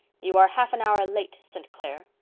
you are half an hour late, st. clair,